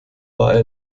war